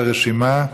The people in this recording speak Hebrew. מין),